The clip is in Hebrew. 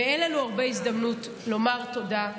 ואין לנו הרבה הזדמנות לומר תודה,